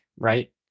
Right